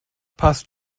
passt